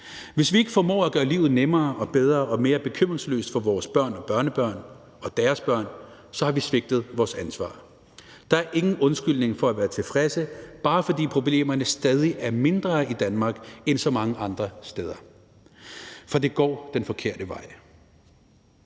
Hvis vi ikke formår at gøre livet nemmere og bedre og mere bekymringsløst for vores børn og børnebørn og deres børn, har vi svigtet vores ansvar. Der er ingen undskyldning for at være tilfredse, bare fordi problemerne stadig er mindre i Danmark end så mange andre steder, for det går den forkerte vej.